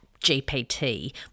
GPT